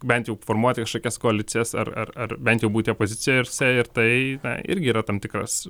bent jau formuoti kažkokias koalicijas ar ar ar bent jau būti opozicijose ir tai irgi yra tam tikras